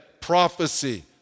prophecy